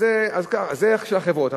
זה של החברות.